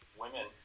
women